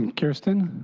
and kiersten.